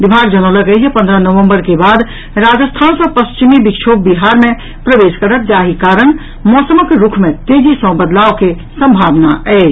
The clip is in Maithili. विभाग जनौलक अछि जे पन्द्रह नवम्बर के बाद राजस्थान सँ पश्चिमी विक्षोभ बिहार मे प्रवेश करत जाहि कारण मौसम रूख मे तेजी सँ बदलाव के सम्भावना अछि